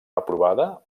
aprovada